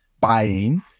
buying